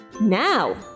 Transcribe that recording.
Now